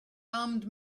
armed